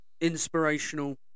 inspirational